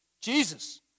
Jesus